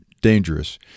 dangerous